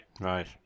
Right